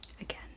again